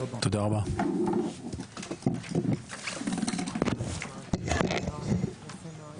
הישיבה ננעלה בשעה